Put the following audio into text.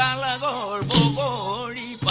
um la la la